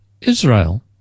Israel